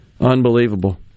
Unbelievable